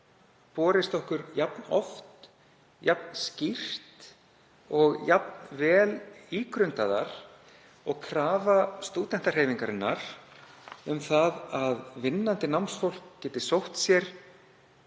borist okkur jafn oft, jafn skýrt og jafn vel ígrundaðar og krafa stúdentahreyfingarinnar um það að vinnandi námsfólk geti sótt sér